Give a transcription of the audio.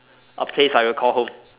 a place I call home